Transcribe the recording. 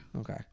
Okay